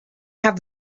have